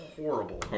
horrible